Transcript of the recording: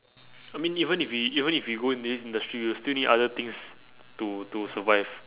I mean even if we even if we go in this industry we'll still need other things to to survive